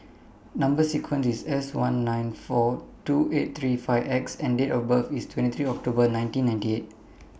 Number sequence IS S one nine four two eight three five X and Date of birth IS twenty three October nineteen ninety eight